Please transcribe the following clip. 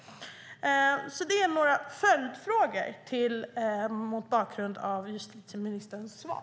Det är några följdfrågor mot bakgrund av justitieministerns svar.